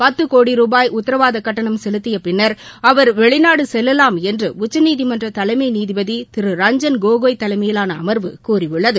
பத்து கோடி ரூபாய் உத்தரவாதக் கட்டணம் செலுத்திய பின்னர் அவர் வெளிநாடு செல்லலாம் என்று உச்சநீதிமன்ற தலைமை நீதிபதி திரு ரஞ்ஜன் கோகோய் தலைமையிலான அமர்வு கூறியுள்ளது